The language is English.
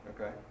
Okay